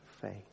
faith